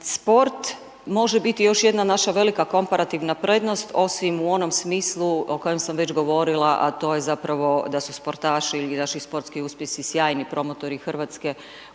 Sport može biti još jedna naša velika komparativna prednost, osim u onom smislu o kojem sam već govorila, a to je zapravo, da su sportaši ili naši sportski uspjesi sjajni promotori Hrvatske u